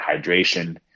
hydration